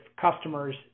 customers